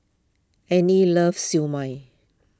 Arny loves Siew Mai